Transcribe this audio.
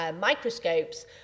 microscopes